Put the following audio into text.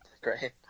Great